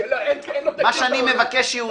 אין עוד תקדים בעולם.